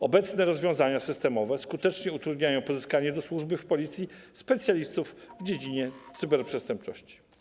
Obecne rozwiązania systemowe skutecznie utrudniają pozyskanie do służby w Policji specjalistów w dziedzinie cyberprzestępczości.